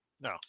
No